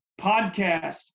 podcast